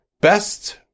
best